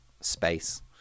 space